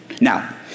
Now